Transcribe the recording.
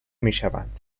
میشوند